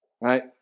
right